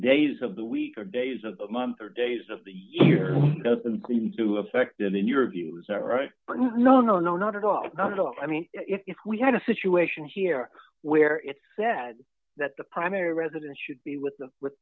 days of the week or days of the month or days of the year doesn't seem to affect them in your views are a no no no not at all not at all i mean if we had a situation here where it's said that the primary residence should be with the with